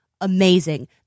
amazing